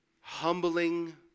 humbling